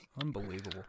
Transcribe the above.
Unbelievable